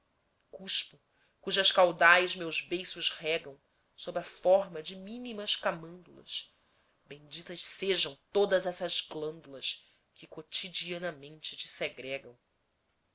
cuspo cujas caudais meus beiços regam sob a forma de mínimas camândulas benditas sejam todas essas glândulas que quotidianamente te segregam